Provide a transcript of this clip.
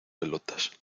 pelotas